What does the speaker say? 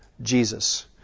Jesus